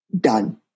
done